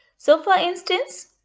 so, for instance,